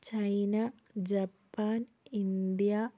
China Japan India